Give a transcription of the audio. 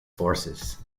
forces